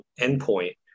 endpoint